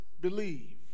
believe